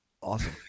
Awesome